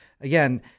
again